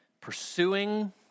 pursuing